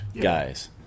guys